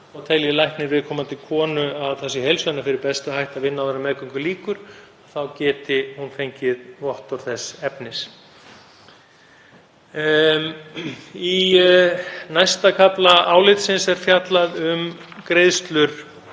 og telji læknir viðkomandi konu að það sé heilsu hennar fyrir bestu að hætta að vinna áður en meðgöngu lýkur geti hún fengið vottorð þess efnis. Í næsta kafla álitsins er fjallað um greiðslur